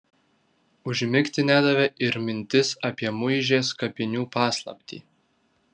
užmigti nedavė ir mintis apie muižės kapinių paslaptį